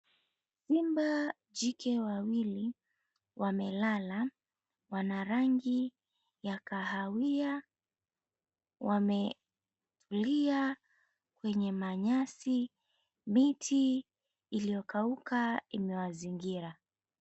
Simba jike wawili wamelala wana rangi ya kahawia, wamelia kwenye manyasi, miti iliyokauka imewazingira.